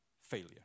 failure